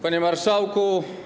Panie Marszałku!